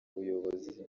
buyobozi